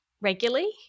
regularly